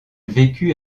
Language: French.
vécut